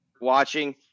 watching